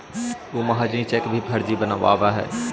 उ महाजनी चेक भी फर्जी बनवैले हइ